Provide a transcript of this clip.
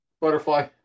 Butterfly